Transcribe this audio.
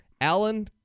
Alan